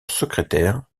secrétaire